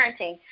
parenting